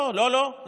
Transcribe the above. לא, לא, לא.